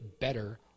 better